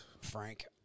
Frank